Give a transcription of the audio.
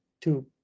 two